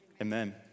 amen